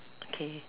okay